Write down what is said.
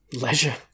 Leisure